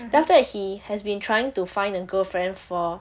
then after that he has been trying to find a girlfriend for